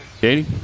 Katie